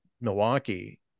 milwaukee